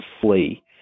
flee